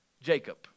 Jacob